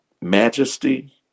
majesty